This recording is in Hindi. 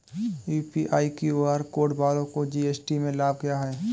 यू.पी.आई क्यू.आर कोड वालों को जी.एस.टी में लाभ क्या है?